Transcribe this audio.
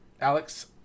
Alex